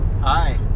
Hi